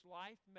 life